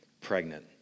pregnant